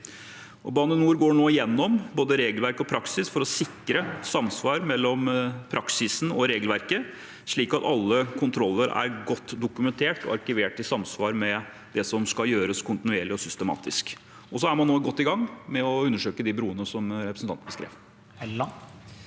Bane NOR går nå gjennom både regelverk og praksis for å sikre samsvar mellom praksisen og regelverket, slik at alle kontroller er godt dokumentert og arkivert i samsvar med det som skal gjøres kontinuerlig og systematisk. Man er nå godt i gang med å undersøke de bruene som representanten nevner.